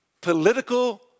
political